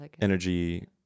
energy